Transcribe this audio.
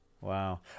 Wow